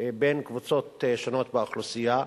בין קבוצות שונות באוכלוסייה.